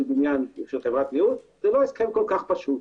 בניין של- -- זה לא הסכם כל כך פשוט.